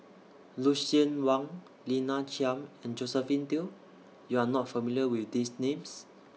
Lucien Wang Lina Chiam and Josephine Teo YOU Are not familiar with These Names